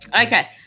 Okay